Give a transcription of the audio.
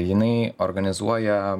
jinai organizuoja